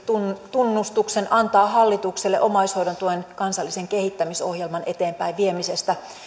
tunnustuksen antaa hallitukselle omaishoidon tuen kansallisen kehittämisohjelman eteenpäinviemisestä